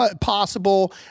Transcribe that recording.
possible